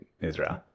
Israel